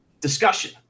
discussion